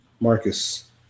Marcus